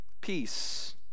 peace